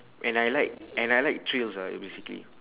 and I like and I like thrills ah basically